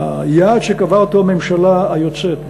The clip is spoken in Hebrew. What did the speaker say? היעד שקבעה הממשלה היוצאת,